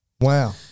wow